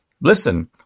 Listen